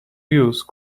use